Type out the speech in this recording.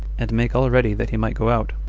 and make all ready that he might go out.